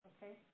Okay